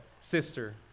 Sister